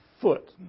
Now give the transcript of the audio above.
foot